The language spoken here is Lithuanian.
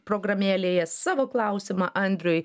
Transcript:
programėlėje savo klausimą andriui